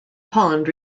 pond